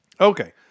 Okay